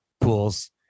pools